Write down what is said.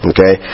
Okay